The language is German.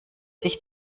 sich